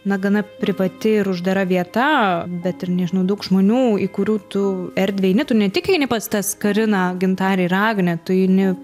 na gana privati ir uždara vieta bet ir nežinau daug žmonių į kurių tu erdvę eini tu ne tik eini pas tas kariną gintarę ir agnę tu eini